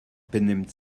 benimmt